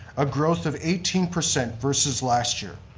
a growth of eighteen percent versus last year.